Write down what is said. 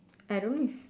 I don't know if